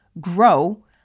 grow